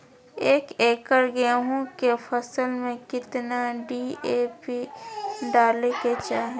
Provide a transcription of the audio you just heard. एक एकड़ गेहूं के फसल में कितना डी.ए.पी डाले के चाहि?